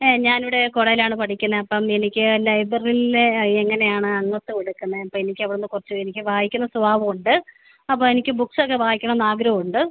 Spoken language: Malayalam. ഞാനിവിടെ കോളേജിലാണ് പഠിക്കുന്നത് അപ്പം എനിക്ക് ലൈബ്രറീലെ ആ എങ്ങനെയാണ് അംഗത്വം എടുക്കുന്നത് അപ്പോൾ എനിക്കവിടുന്ന് കുറച്ച് എനിക്ക് വായിക്കുന്ന സ്വഭാവം ഉണ്ട് അപ്പോൾ എനിക്ക് ബുക്ക്സൊക്കെ വായിക്കണന്നാഗ്രഹം ഉണ്ട്